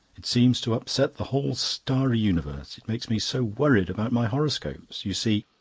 it seems to upset the whole starry universe. it makes me so worried about my horoscopes. you see.